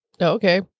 Okay